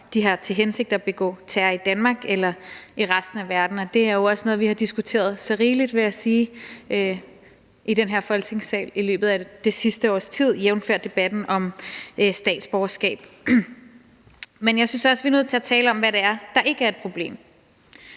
de har til hensigt at begå terror i Danmark eller i resten af verden, og det er også noget, vi har diskuteret så rigeligt, vil jeg sige, i den her Folketingssal i løbet af det sidste års tid – jævnfør debatten om statsborgerskab. Men jeg synes også, vi er nødt til at tale om, hvad det er, der ikke er et problem.